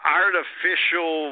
artificial